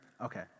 Okay